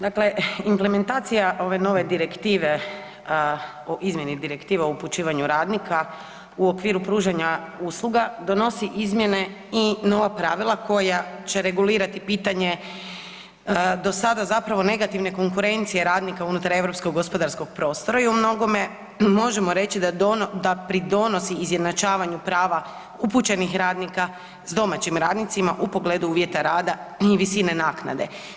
Dakle, implementacija ove nove direktive o izmjeni direktive o upućivanju radnika u okviru pružanja usluga, odnosi izmjene i nova pravila koja će regulirati pitanje do sada zapravo negativne konkurencije radnika unutar europskog gospodarskog prostora i u mnogome možemo reći da pridonosi izjednačavanju prava upućenog radnika s domaćim radnicima u pogledu uvjeta rada i visine naknade.